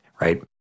right